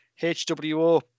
HWO